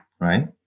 Right